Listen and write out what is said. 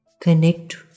Connect